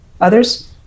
others